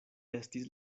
estis